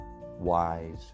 wise